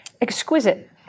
exquisite